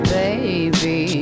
baby